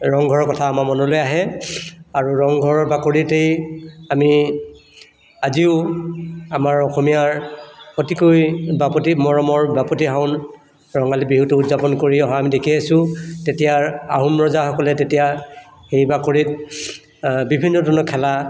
ৰংঘৰৰ কথা আমাৰ মনলৈ আহে আৰু ৰংঘৰৰ বাকৰিতেই আমি আজিও আমাৰ অসমীয়াৰ অতিকৈ বাপুতি মৰমৰ বাপুতিসাহোন ৰঙালী বিহুটো উদযাপন কৰি অহা আমি দেখি আহিছোঁ তেতিয়াৰ আহোম ৰজাসকলে তেতিয়া সেই বাকৰিত বিভিন্ন ধৰণৰ খেলা